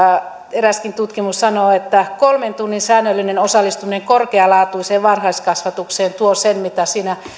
eräskin tutkimus sanoo että kolmen tunnin säännöllinen osallistuminen korkealaatuiseen varhaiskasvatukseen tuo sen mitä siinä